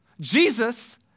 Jesus